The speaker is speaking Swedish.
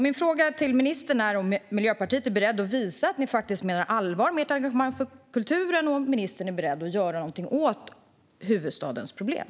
Min fråga till ministern är: Är Miljöpartiet berett att visa att man menar allvar med sitt engagemang för kulturen, och är ministern beredd att göra något åt huvudstadens problem?